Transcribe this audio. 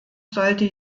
sollte